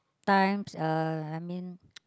times uh I mean